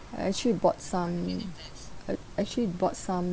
I actually bought some uh I actually bought some